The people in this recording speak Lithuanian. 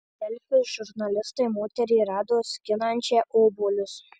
delfi žurnalistai moterį rado skinančią obuolius